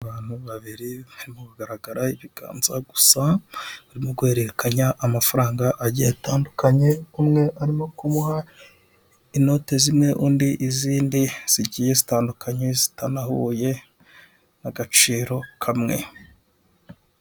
Abantu babiri bari kugaragara ibiganza gusa, bari guhererekanya amafaranga atandukanye; umwe arimo kumuha inote zimwe undi izindi; zigiye zitandukanye, zitanahuye agaciro kamwe.